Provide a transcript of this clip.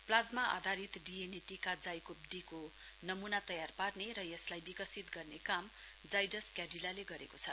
plasma आधारित D N A टीका जाइकोव डी को नमूना तयार पार्ने र यसलाई विकसित गर्ने काम जाइडस कैडिल्लाले गरेको छ